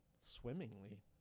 swimmingly